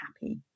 happy